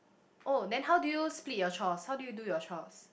oh then how do you split your chores how do you do your chores